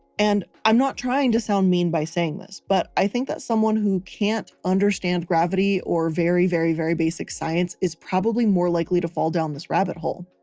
and i'm not trying to sound mean by saying this, but i think that someone who can't understand gravity or very, very, very basic science is probably more likely to fall down this rabbit hole.